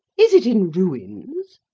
is it in ruins?